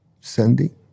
Sunday